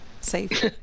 safe